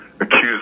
accused